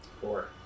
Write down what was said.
Four